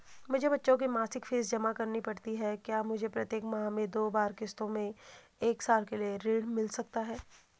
मुझे बच्चों की मासिक फीस जमा करनी पड़ती है क्या मुझे प्रत्येक माह में दो बार किश्तों में एक साल के लिए ऋण मिल सकता है?